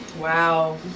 wow